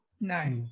no